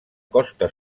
costa